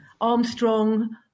Armstrong